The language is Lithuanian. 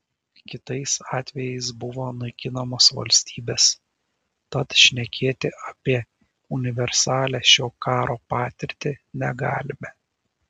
kitais atvejais buvo naikinamos valstybės tad šnekėti apie universalią šio karo patirtį negalime